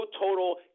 total